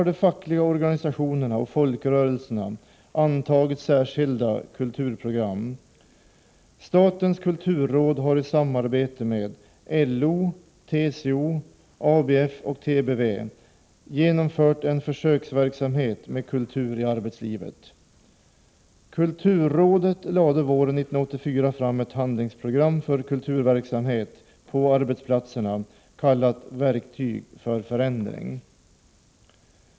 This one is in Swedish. De fackliga organisationerna och folkrörelserna har antagit särskilda kulturprogram. Statens kulturråd har i samarbete med LO, TCO, ABF och TBV genomfört en försöksverksamhet med kultur i arbetslivet. Kulturrådet lade våren 1984 fram ett handlingsprogram för kulturverksamhet på arbetsplatserna, kallat Verktyg för förändring.